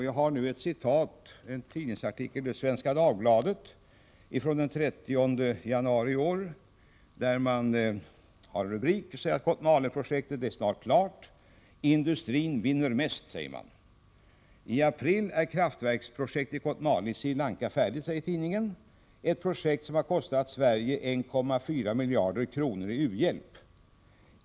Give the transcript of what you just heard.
Jag vill här citera ur en tidningsartikeli Svenska Dagbladet av den 30 januari i år. Rubriken är ”Kotmale-projektet snart klart, Industrin vinner mest”. I artikeln säger man: ”TLapril är kraftverksprojektet Kotmale i Sri Lanka färdigt, ett projekt som kostat Sverige 1,4 miljarder kronor i u-hjälp.